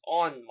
on